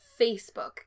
Facebook